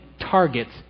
targets